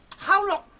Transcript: how long